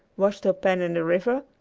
washed her pan in the river,